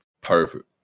Perfect